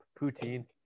poutine